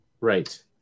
Right